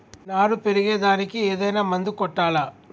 నారు పెరిగే దానికి ఏదైనా మందు కొట్టాలా?